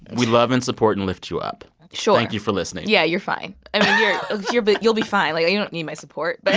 we love and support and lift you up sure thank you for listening yeah, you're fine i mean, yeah ah but you'll be fine. like, you don't need my support but